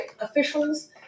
officials